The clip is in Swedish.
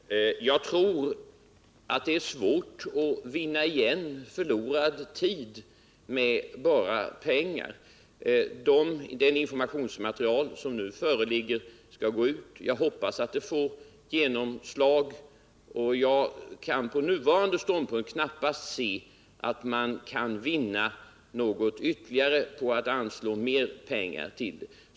Herr talman! Jag tror att det är svårt att med pengar vinna igen förlorad tid. Det informationsmaterial som föreligger skall nu gå ut. Jag hoppas att det får genomslagskraft, och jag kan på nuvarande ståndpunkt inte se att något kan vinnas på att ytterligare pengar anslås.